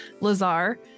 Lazar